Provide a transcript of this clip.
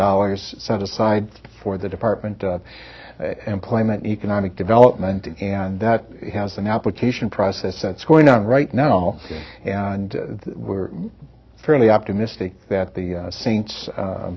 dollars set aside for the department of employment economic development and that has an application process that's going on right now and we're fairly optimistic that the saints